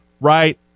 right